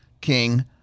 King